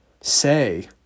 say